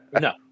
No